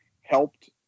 helped